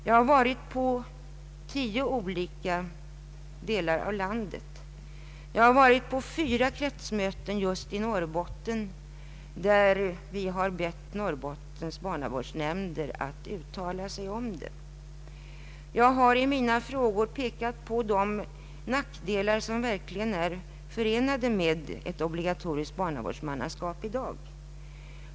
Jag har varit i tio olika delar av landet och jag har bl.a. medverkat på fyra kretsmöten i Norrbotten. Jag har i mina frågor pekat på de nackdelar som verkligen är förenade med ett obligatoriskt barnavårdsmannaskap i dag.